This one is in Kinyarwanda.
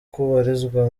kubarizwa